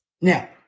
Now